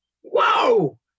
Whoa